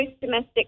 domestic